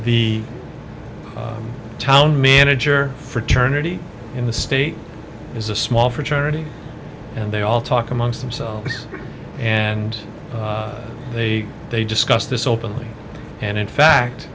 the town manager fraternity in the state is a small fraternity and they all talk amongst themselves and they they discuss this openly and in fact